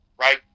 right